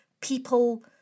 people